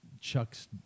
Chuck's